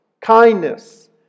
kindness